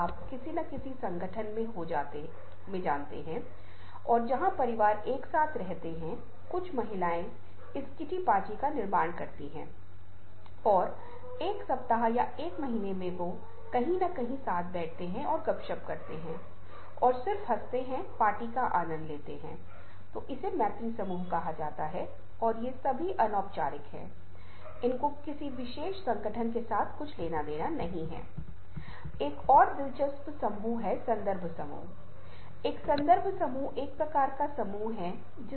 हमें ऐसा कुछ कहना चाहिए जो एक छवि की भावना का संचार करता है जिसके भीतर पाठ अंतर्निहित है और यहां ठोस कविताओं के अन्य उदाहरण हैं जहां आप देखते हैं कि केंद्र में शब्दों की अनुपस्थिति में मौन का नाटक किया जाता है या एक सेब को स्वयं द्वारा अपनी प्रशंसा का बार बार उद्घोषणा दर्शाया जाता है